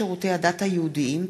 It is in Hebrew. הצעת חוק שירותי הדת היהודיים (תיקון,